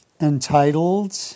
Entitled